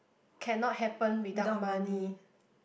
cannot happen without money